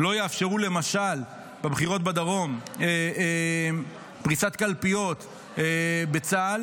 לא יאפשרו למשל בבחירות בדרום פריסת קלפיות בצה"ל.